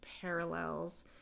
parallels